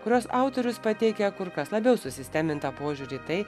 kurios autorius pateikia kur kas labiau susistemintą požiūrį tai